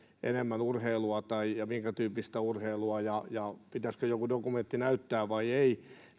enemmän urheilua ja minkätyyppistä urheilua ja ja pitäisikö joku dokumentti näyttää vai ei